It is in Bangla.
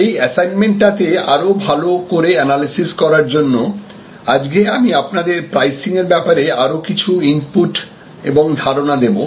এই অ্যাসাইনমেন্টাতে আরো ভালো করে এনালাইসিস করার জন্য আজকে আমি আপনাদের প্রাইসিং এর ব্যাপারে আরো কিছু ইনপুট এবং ধারণা দেব